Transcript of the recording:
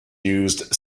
used